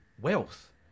wealth